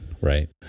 right